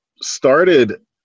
started